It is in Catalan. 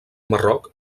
marroc